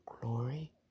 glory